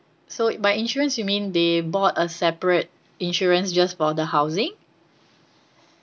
so by insurance you mean they bought a separate insurance just for the housing